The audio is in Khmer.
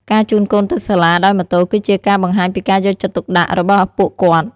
ការជូនកូនទៅសាលាដោយម៉ូតូគឺជាការបង្ហាញពីការយកចិត្តទុកដាក់របស់ពួកគាត់។